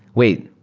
wait,